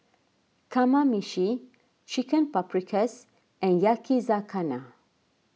Kamameshi Chicken Paprikas and Yakizakana